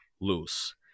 loose